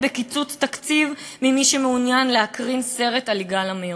בקיצוץ תקציב על מי שמעוניין להקרין סרט על יגאל עמיר,